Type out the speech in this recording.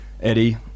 Eddie